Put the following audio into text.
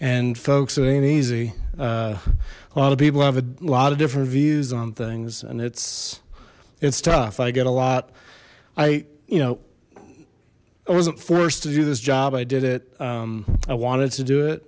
and folks it ain't easy a a lot of people have a lot of different views on things and it's it's tough i get a lot i you know i wasn't forced to do this job i did it i wanted to do it